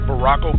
Barack